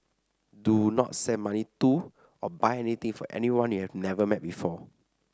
do not send money to or buy anything for anyone you have never met before